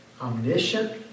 omniscient